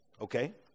Okay